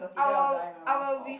our our with